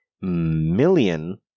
million